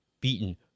beaten